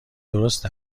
درست